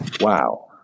Wow